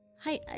Hi